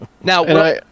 Now